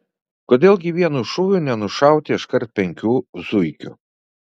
kodėl gi vienu šūviu nenušauti iškart penkių zuikių